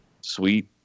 sweet